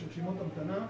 יש רשימות המתנה,